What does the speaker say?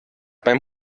beim